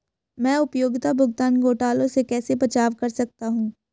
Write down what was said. मैं उपयोगिता भुगतान घोटालों से कैसे बचाव कर सकता हूँ?